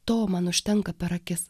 to man užtenka per akis